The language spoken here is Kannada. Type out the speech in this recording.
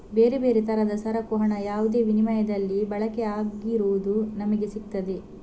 ಬೇರೆ ಬೇರೆ ತರದ ಸರಕು ಹಣ ಯಾವುದೇ ವಿನಿಮಯದಲ್ಲಿ ಬಳಕೆ ಆಗಿರುವುದು ನಮಿಗೆ ಸಿಗ್ತದೆ